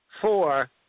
four